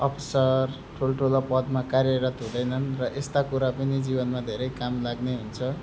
officer ठुला ठुला पदमा कार्यरत हुँदैनन् र यस्ता कुरा पनि जीवनमा धेरै काम लाग्ने हुन्छ